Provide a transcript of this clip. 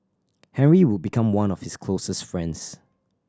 henry would become one of his closest friends